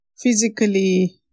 physically